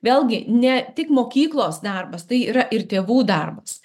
vėlgi ne tik mokyklos darbas tai yra ir tėvų darbas